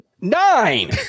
Nine